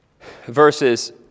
verses